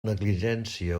negligència